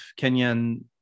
Kenyan